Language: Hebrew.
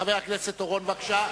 חבר הכנסת אורון, בבקשה.